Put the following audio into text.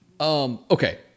Okay